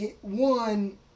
one